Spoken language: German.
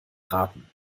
raten